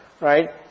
right